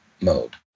mode